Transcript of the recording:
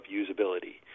usability